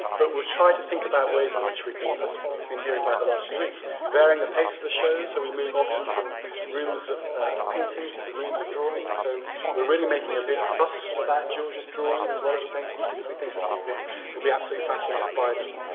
but we try to think about ways in which we can we've been hearing about the last few weeks varying the pace of the shows so we move often from rooms of paintings to rooms of drawings. so we are really making a big fuss about george's drawings as well as the paintings because we think that people will be absolutely fascinated by them.